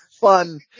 fun